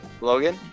logan